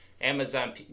Amazon